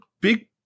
big